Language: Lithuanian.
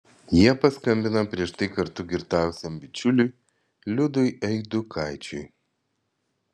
jie paskambino prieš tai kartu girtavusiam bičiuliui liudui eidukaičiui